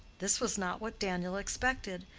this was not what daniel expected,